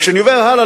כשאני עובר הלאה,